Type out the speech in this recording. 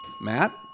Matt